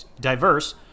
diverse